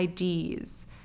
IDs